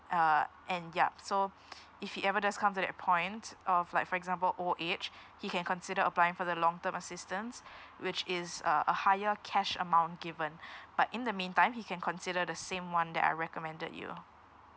uh and yup so if he ever does comes to that point of like for example old age he can consider applying for the long term assistance which is uh a higher cash amount given but in the meantime he can consider the same one that I recommended you